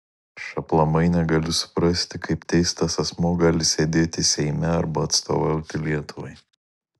aš aplamai negaliu suprasti kaip teistas asmuo gali sėdėti seime arba atstovauti lietuvai